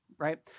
right